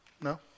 No